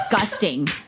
disgusting